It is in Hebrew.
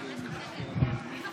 כבוד היושב-ראש,